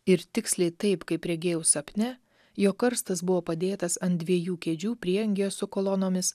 ir tiksliai taip kaip regėjau sapne jo karstas buvo padėtas ant dviejų kėdžių prieangyje su kolonomis